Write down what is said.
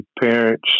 parents